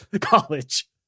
college